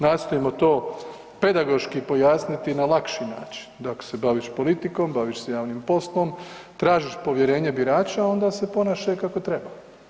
Nastojimo to pedagoški pojasniti na lakši način, da ako se baviš politikom, baviš se javnim poslom, tražiš povjerenje birača onda se ponašaj kako treba.